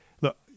Look